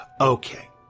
Okay